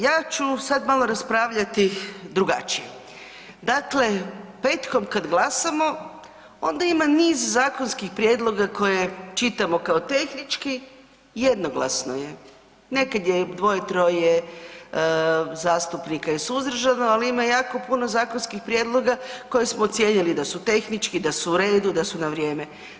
Ja ću sad malo raspravljati drugačije, dakle petkom kad glasamo onda ima niz zakonskih prijedloga koje čitamo kao tehnički, jednoglasno je, nekad je dvoje, troje zastupnika suzdržano, ali ima jako puno zakonskih prijedloga koje smo ocijenili da su tehnički, da su u redu, da su na vrijeme.